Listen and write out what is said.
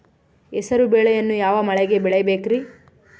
ಹೆಸರುಬೇಳೆಯನ್ನು ಯಾವ ಮಳೆಗೆ ಬೆಳಿಬೇಕ್ರಿ?